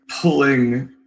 pulling